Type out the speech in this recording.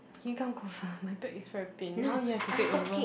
can you come closer my back is very pain now you have to take over